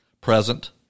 present